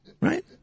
right